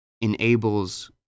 enables